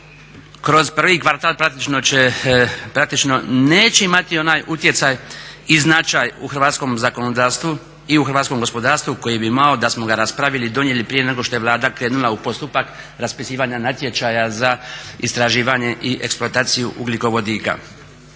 kroz prvi kvartal praktično neće imati onaj utjecaj i značaj u hrvatskom zakonodavstvu i u hrvatskom gospodarstvu koji bi imao da smo ga raspravili i donijeli prije nego što je Vlada krenula u postupak raspisivanja natječaja za istraživanje i eksploataciju ugljikovodika.